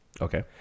Okay